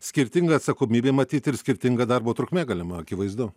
skirtinga atsakomybė matyt ir skirtinga darbo trukmė galima akivaizdu